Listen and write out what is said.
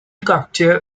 cocteau